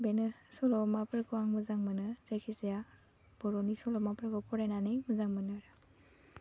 बेनो सल'माफोरखौ आं मोजां मोनो जायखि जाया बर'नि सल'माफोरखौ फरायनानै मोजां मोनो आरो